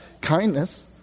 kindness